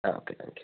ആ okay thank you